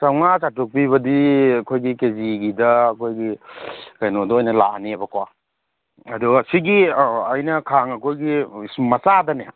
ꯆꯥꯝꯃꯉꯥ ꯆꯥꯇ꯭ꯔꯨꯛ ꯄꯤꯕꯗꯤ ꯑꯩꯈꯣꯏꯗꯤ ꯀꯦ ꯖꯤꯒꯤꯗ ꯑꯩꯈꯣꯏꯒꯤ ꯀꯩꯅꯣꯗ ꯑꯣꯏꯅ ꯂꯥꯛꯑꯅꯦꯕꯀꯣ ꯑꯗꯨꯒ ꯁꯤꯒꯤ ꯑꯩꯅ ꯈꯥꯡ ꯑꯩꯈꯣꯏꯒꯤ ꯃꯆꯥꯗꯅꯦ